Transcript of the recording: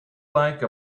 like